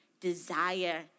desire